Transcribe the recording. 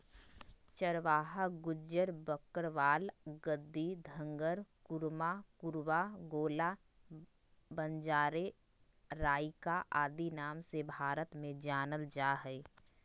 चरवाहा गुज्जर, बकरवाल, गद्दी, धंगर, कुरुमा, कुरुबा, गोल्ला, बंजारे, राइका आदि नाम से भारत में जानल जा हइ